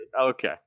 Okay